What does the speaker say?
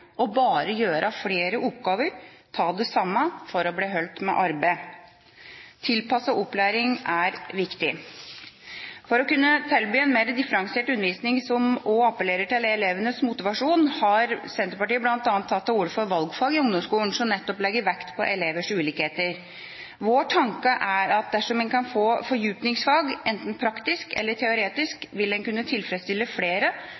å bare gjøre flere oppgaver av det samme for å bli holdt med arbeid. Tilpasset opplæring er viktig. For å kunne tilby en mer differensiert undervisning som også appellerer til elevenes motivasjon, har Senterpartiet bl.a. tatt til orde for valgfag i ungdomsskolen – som nettopp legger vekt på elevers ulikheter. Vår tanke er at dersom en kan få fordypningsfag, enten praktisk eller teoretisk, vil en kunne tilfredsstille flere